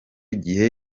gihe